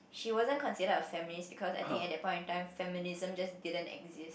she wasn't considered a feminist because I think at that point of time feminism just didn't exist